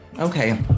Okay